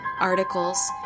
articles